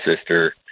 sister